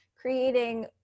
creating